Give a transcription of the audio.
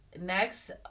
next